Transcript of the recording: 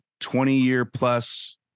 20-year-plus